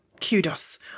kudos